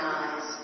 eyes